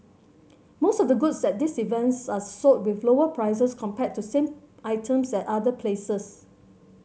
most of the goods at these events are sold with lower prices compared to same items at other places